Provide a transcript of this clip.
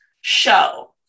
show